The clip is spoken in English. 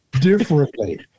differently